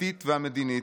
הדתית והמדינית,